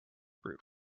brute